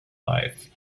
life